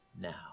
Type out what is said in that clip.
now